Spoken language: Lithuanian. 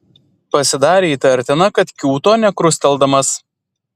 pasidarė įtartina kad kiūto nekrusteldamas